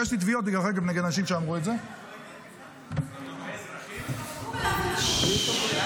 הגשתי תביעות, דרך אגב, נגד אנשים שאמרו את זה.